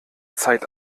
zeit